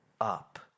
up